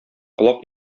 колак